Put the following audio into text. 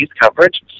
coverage